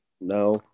No